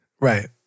Right